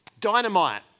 dynamite